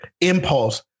impulse